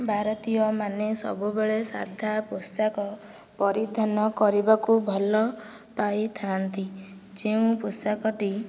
ଭାରତୀୟମାନେ ସବୁବେଳେ ସାଧା ପୋଷାକ ପରିଧାନ କରିବାକୁ ଭଲ ପାଇଥାନ୍ତି ଯେଉଁ ପୋଷାକଟି